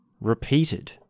repeated